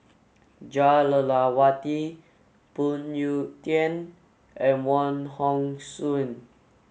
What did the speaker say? Jah Lelawati Phoon Yew Tien and Wong Hong Suen